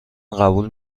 قبول